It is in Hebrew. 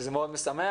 שזה מאוד משמח.